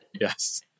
Yes